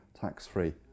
tax-free